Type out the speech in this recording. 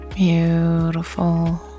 Beautiful